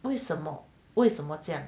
为什么为什么这样